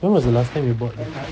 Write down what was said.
when was the last time you bought